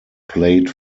played